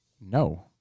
No